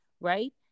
right